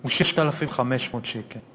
הוא 6,500 שקל.